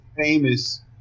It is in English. famous